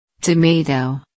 Tomato